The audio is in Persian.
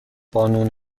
بانون